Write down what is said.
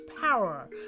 power